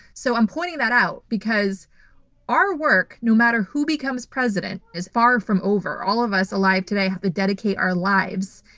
so, i'm pointing that out because our work, no matter who becomes president is far from over. all of us alive today have to dedicate our lives,